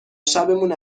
شبمون